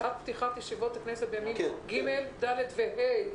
שעת פתיחת ישיבות הכנסת בימים ג', ד' ו-ה'.